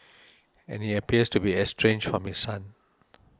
and he appears to be estranged from his son